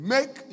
Make